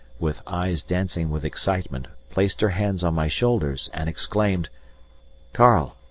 with eyes dancing with excitement, placed her hands on my shoulders and exclaimed karl!